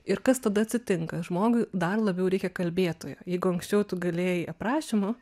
ir kas tada atsitinka žmogui dar labiau reikia kalbėtojo jeigu anksčiau tu galėjai aprašymu